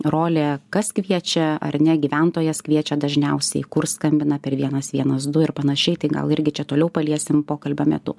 rolė kas kviečia ar ne gyventojas kviečia dažniausiai kur skambina per vienas veinas du ir panašiai tai gal irgi čia toliau paliesim pokalbio metu